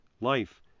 life